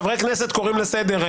חברי הכנסת קוראים לסדר,